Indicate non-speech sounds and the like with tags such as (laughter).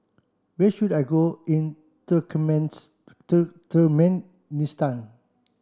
where should I go in (unintelligible) Turkmenistan